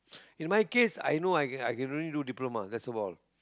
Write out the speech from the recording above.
in my case I know I can I can only do diploma that's of all